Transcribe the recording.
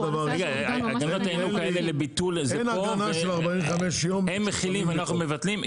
הגנות הינוקא האלה לביטול זה פה והם מחילים ואנחנו מבטלים?